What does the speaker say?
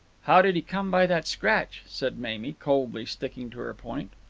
how did he come by that scratch? said mamie, coldly sticking to her point.